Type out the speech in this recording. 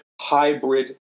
hybrid